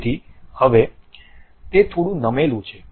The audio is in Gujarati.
તેથી હવે તે થોડું નમેલું છે